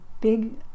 big